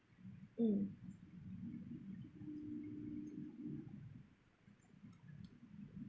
mm